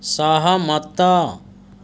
ସହମତ